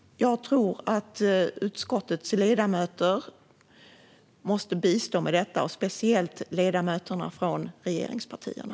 Jag tror att utskottets ledamöter måste bistå med detta, och speciellt ledamöterna från regeringspartierna.